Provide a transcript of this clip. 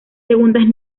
segundas